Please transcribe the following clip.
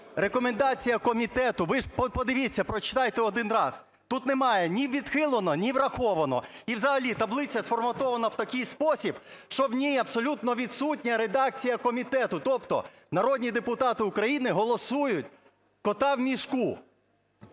рекомендація комітету. Ви ж подивіться, прочитайте один раз, тут немає ні "відхилено", ні "враховано". І взагалі таблиця сформатована в такий спосіб, що в ній абсолютно відсутня редакція комітету. Тобто народні депутати України голосують "кота в мішку".